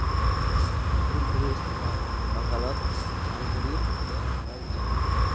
मुड़मुड़ेर इस्तेमाल बंगालोत झालमुढ़ीर तने कराल जाहा